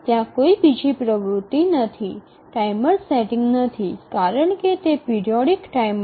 ત્યાં કોઈ બીજી પ્રવૃત્તિ નથી ટાઇમર સેટિંગ નથી કારણ કે તે પિરિયોડિક ટાઈમર છે